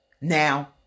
Now